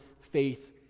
faith